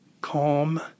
calm